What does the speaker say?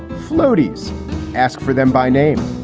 floaties ask for them by name.